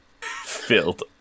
filled